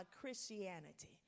Christianity